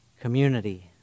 community